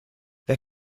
wer